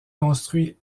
construit